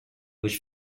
which